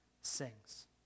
sings